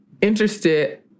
interested